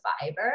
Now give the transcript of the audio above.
fiber